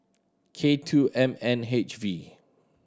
K two M N H V